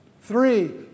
three